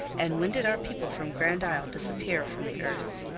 and when did our people from grand isle disappear from the earth?